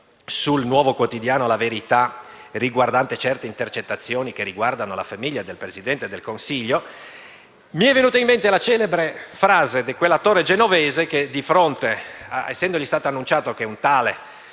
sul nuovo quotidiano «La Verità», riguardante certe intercettazioni che riguardano la famiglia del Presidente del Consiglio, mi è venuta in mente la celebre frase di quell'attore genovese che, essendogli stato annunciato che un tale,